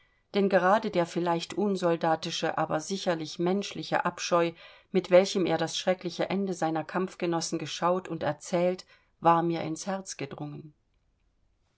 denn gerade der vielleicht unsoldatische aber sicherlich menschliche abscheu mit welchem er das schreckliche ende seiner kampfgenossen geschaut und erzählt war mir ins herz gedrungen